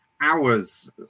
hours